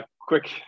Quick